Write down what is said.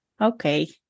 Okay